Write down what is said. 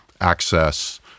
access